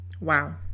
Wow